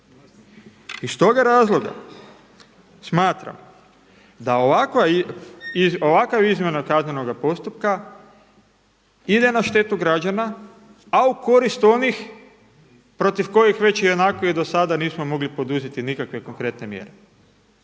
Iz toga razloga smatram da ovakva izmjena kaznenoga postupka ide na štetu građana, a u korist onih protiv kojih već i onako i do sada nismo mogli poduzeti nikakve konkretne mjere.